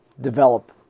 develop